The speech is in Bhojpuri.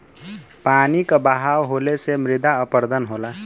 पानी क बहाव होले से मृदा अपरदन होला